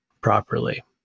properly